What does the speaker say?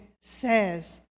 says